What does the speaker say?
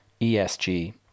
ESG